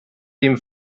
dem